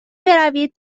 بروید